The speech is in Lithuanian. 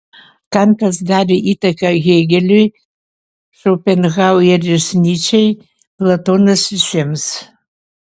kantas darė įtaką hėgeliui šopenhaueris nyčei platonas visiems